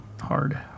Hard